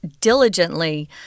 diligently